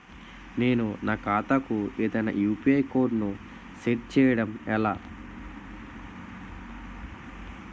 నేను నా ఖాతా కు ఏదైనా యు.పి.ఐ కోడ్ ను సెట్ చేయడం ఎలా?